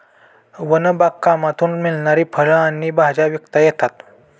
one बागकामातून मिळणारी फळं आणि भाज्या विकता येतात